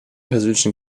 persönlichen